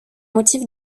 motif